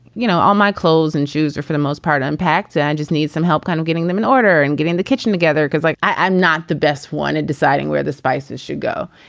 you know, all my clothes and shoes or for the most part unpacked. and i just need some help kind of getting them in order and getting the kitchen together, because, like, i'm not the best one in deciding where the spices should go.